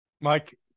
Mike